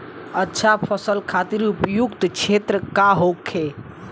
अच्छा फसल खातिर उपयुक्त क्षेत्र का होखे?